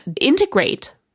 integrate